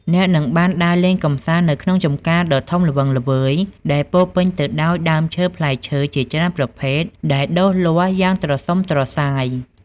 អ្នកនឹងបានដើរលេងកម្សាន្តនៅក្នុងចម្ការដ៏ធំល្វឹងល្វើយដែលពោរពេញទៅដោយដើមឈើផ្លែឈើជាច្រើនប្រភេទដែលដុះលាស់យ៉ាងត្រសុំត្រសាយ។